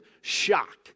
shocked